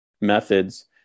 methods